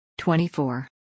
24